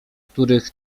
których